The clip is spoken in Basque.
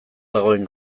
dagoen